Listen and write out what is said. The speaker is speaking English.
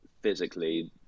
physically